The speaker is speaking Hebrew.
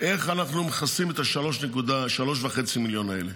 איך אנחנו מכסים את ה-3.5 מיליון האלה.